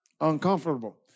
uncomfortable